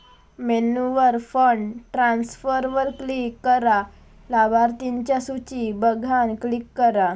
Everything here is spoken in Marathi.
मेन्यूवर फंड ट्रांसफरवर क्लिक करा, लाभार्थिंच्या सुची बघान क्लिक करा